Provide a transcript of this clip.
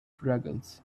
dragons